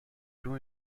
two